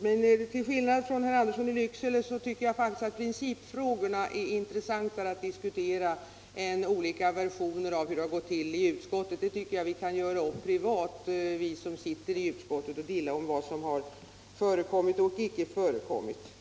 Men till skillnad från herr Andersson i Lycksele tycker jag faktiskt att principfrågorna är intressantare att diskutera än olika versioner av hur det har gått till i utskottet. Vi som sitter i utskottet kan ju göra upp privat om vad som har förekommit och vad som inte har förekommit.